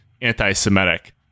anti-Semitic